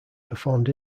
performed